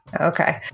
okay